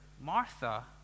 Martha